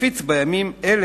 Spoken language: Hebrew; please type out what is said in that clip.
המקומיות בענייני